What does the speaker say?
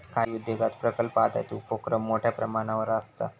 काही उद्योगांत प्रकल्प आधारित उपोक्रम मोठ्यो प्रमाणावर आसता